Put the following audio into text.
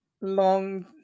long